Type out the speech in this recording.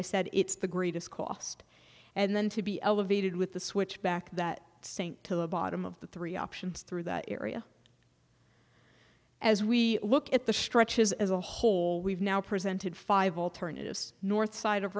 i said it's the greatest cost and then to be elevated with the switchback that sink to the bottom of the three options through that area as we look at the stretches as a whole we've now presented five alternatives north side of